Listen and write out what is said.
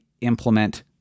implement